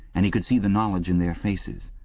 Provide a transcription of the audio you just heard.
and he could see the knowledge in their faces.